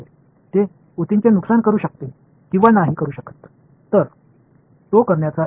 எனவே அது அங்கு உருவாக்கப்படும் திசு சேதம் ஆகி இருக்கலாம் அல்லது ஆகாமல் இருக்கலாம்